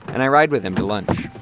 and i ride with him to lunch